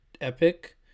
epic